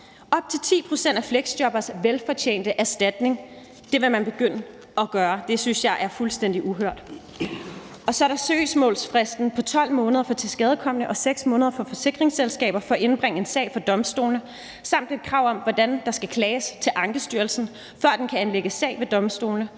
op til 10 pct. af deres velfortjente erstatning; det vil man begynde at gøre, og det synes jeg er fuldstændig uhørt. Så er der søgsmålsfristen på 12 måneder for tilskadekomne og på 6 måneder for forsikringsselskaber for at indbringe en sag for domstolene samt et krav om, hvordan der skal klages til Ankestyrelsen, før den kan anlægge sag ved domstolene.